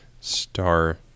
star